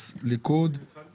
בחוק השבות מוגדרים